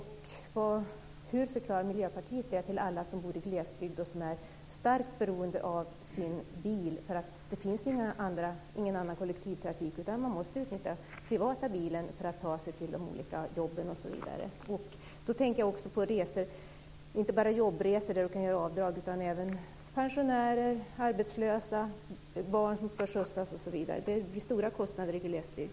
Hur förklarar Miljöpartiet det för alla dem som bor i glesbygd och som är starkt beroende av sin bil på grund av att det där inte finns någon kollektivtrafik? De måste utnyttja sin privata bil för att ta sig till sina jobb osv. Jag tänker inte bara på jobbresor, som man kan göra avdrag för, utan även på pensionärer, arbetslösa, barn som ska skjutsas osv. Det blir stora kostnader för dem i glesbygd.